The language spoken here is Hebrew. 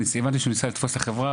הבנתי שהוא ניסה לתפוס את החברה,